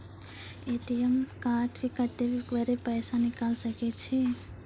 ATM card से कत्तेक बेर पैसा निकाल सके छी?